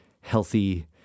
healthy